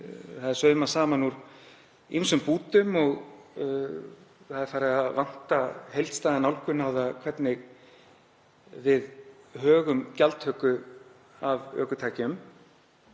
Það er saumað saman úr ýmsum bútum og er farið að vanta heildstæða nálgun á það hvernig við högum gjaldtöku af ökutækjum